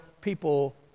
people